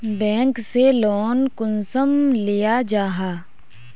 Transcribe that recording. Bank से loan कुंसम लिया जाहा?